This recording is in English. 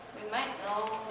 we might know